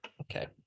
Okay